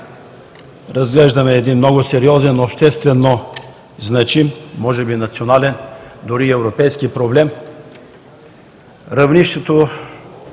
разглеждаме един много сериозен, общественозначим, може би национален дори европейски проблем.